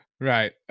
right